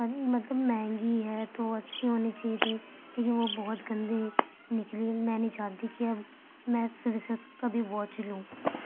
من مطلب مہنگی ہے تو وہ اچھی ہونی چاہیے تھی لیکن وہ بہت گندی نکلی میں نہ چاہتی کہ اب میں پھر سے کبھی واچ لوں